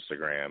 Instagram